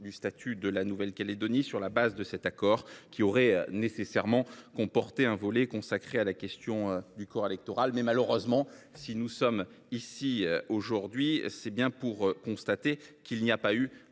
du statut de la Nouvelle Calédonie sur la base de cet accord, qui aurait nécessairement comporté un volet consacré à la question du corps électoral. Malheureusement, si nous sommes ici aujourd’hui, c’est bien pour constater qu’il n’y a pas eu